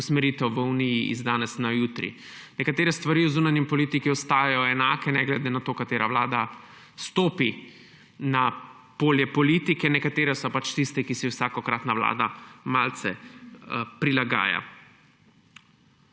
usmeritev v Uniji z danes na jutri. Nekatere stvari v zunanji politiki ostajajo enake ne glede na to, katera vlada stopi na polje politike, nekatere so pač tiste, ki si jih vsakokratna vlada malce prilagaja.